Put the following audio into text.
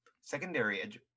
secondary